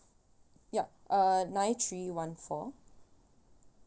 ya uh nine three one four